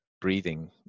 breathing